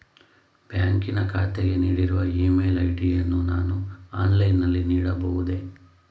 ಬ್ಯಾಂಕಿನ ಖಾತೆಗೆ ನೀಡಿರುವ ಇ ಮೇಲ್ ಐ.ಡಿ ಯನ್ನು ನಾನು ಆನ್ಲೈನ್ ನಲ್ಲಿ ನೀಡಬಹುದೇ?